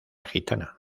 gitana